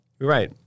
Right